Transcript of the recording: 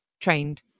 trained